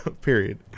period